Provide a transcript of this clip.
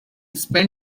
spent